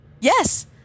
Yes